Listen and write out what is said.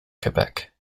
quebec